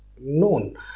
known